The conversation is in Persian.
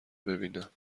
ببینم